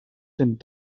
cent